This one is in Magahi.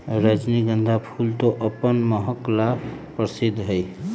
रजनीगंधा फूल तो अपन महक ला प्रसिद्ध हई